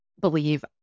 believe